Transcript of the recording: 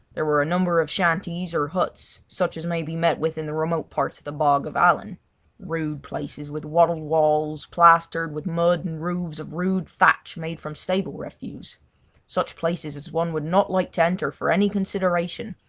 there were a number of shanties or huts, such as may be met with in the remote parts of the bog of allan rude places with wattled walls, plastered with mud and roofs of rude thatch made from stable refuse such places as one would not like to enter for any consideration,